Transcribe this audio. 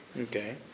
Okay